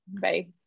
Bye